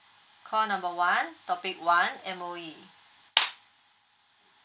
call number one topic one M_O_E